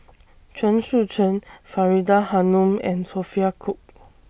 Chen Sucheng Faridah Hanum and Sophia Cooke